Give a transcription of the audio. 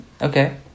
Okay